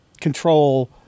control